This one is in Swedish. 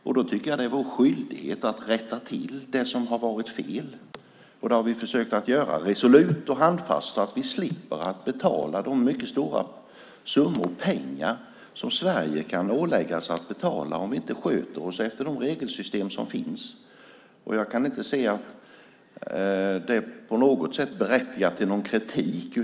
Jag tycker att det är vår skyldighet att rätta till det som har varit fel. Det har vi försökt att göra resolut och handfast så att vi slipper betala de stora summor pengar som Sverige kan åläggas att betala om vi inte följer regelsystemen. Jag anser inte att detta på något sätt berättigar till kritik.